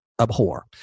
abhor